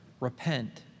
Repent